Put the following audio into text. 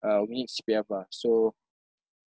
uh we need C_P_F lah so